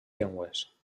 llengües